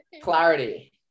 Clarity